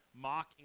mocking